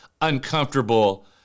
uncomfortable